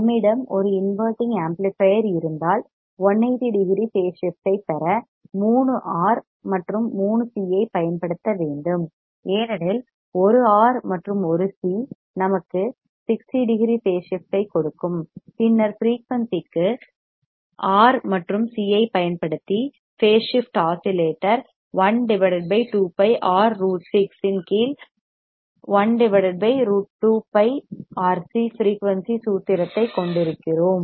நம்மிடம் ஒரு inverting amplifier இருந்தால் 180 டிகிரி பேஸ் ஷிப்ட் ஐ பெற 3 ஆர்R மற்றும் 3 சி C ஐப் பயன்படுத்த வேண்டும் ஏனெனில் 1 ஆர் R மற்றும் 1 சி C நமக்கு 60 டிகிரி பேஸ் ஷிப்ட் ஐ கொடுக்கும் பின்னர் ஃபிரெயூனிசிக்கு R மற்றும் C ஐப் பயன்படுத்தி பேஸ் ஷிப்ட் ஆஸிலேட்டர் 1 2πR√6 இன் கீழ் 1 2πRC ஃபிரெயூனிசி சூத்திரத்தைக் கொண்டிருக்கிறோம்